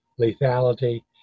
lethality